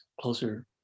closer